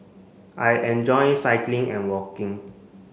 I enjoy cycling and walking